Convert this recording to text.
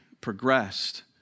progressed